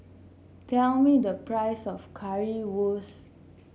tell me the price of Currywurst